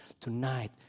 tonight